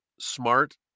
smart